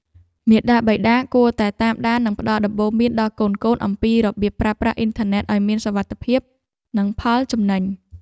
មាតាបិតាគួរតែតាមដាននិងផ្ដល់ដំបូន្មានដល់កូនៗអំពីរបៀបប្រើប្រាស់អ៊ីនធឺណិតឱ្យមានសុវត្ថិភាពនិងផលចំណេញ។